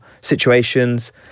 situations